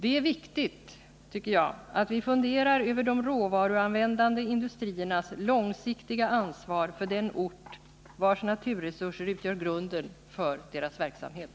Det är viktigt — tycker jag — att vi funderar över de råvaruanvändande industriernas långsiktiga ansvar för den ort vars naturresurser utgör grunden Nr 162 för deras verksamhet.